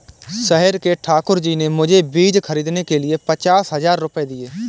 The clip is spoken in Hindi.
शहर के ठाकुर जी ने मुझे बीज खरीदने के लिए पचास हज़ार रूपये दिए